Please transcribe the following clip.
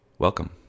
Welcome